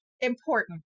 important